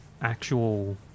actual